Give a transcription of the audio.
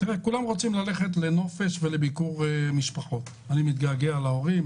כולם רוצים ללכת לנופש ולביקור משפחות: אני מתגעגע להורים,